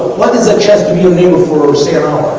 what is a chance to be a name for sarah?